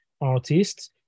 artists